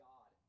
God